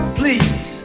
please